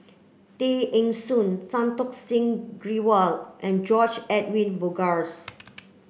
Tay Eng Soon Santokh Singh Grewal and George Edwin Bogaars